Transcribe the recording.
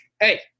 Hey